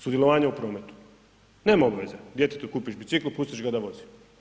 Sudjelovanje u prometu, nema obveze, djetetu kupiš bicikl i pustiš ga da vozi.